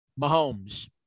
Mahomes